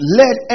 let